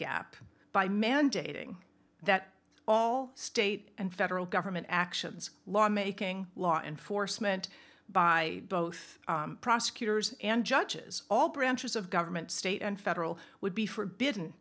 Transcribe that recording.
gap by mandating that all state and federal government actions lawmaking law enforcement by both prosecutors and judges all branches of government state and federal would be forbidden